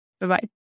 Bye-bye